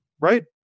right